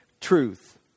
truth